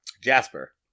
Jasper